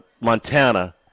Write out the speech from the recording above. Montana